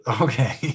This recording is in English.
Okay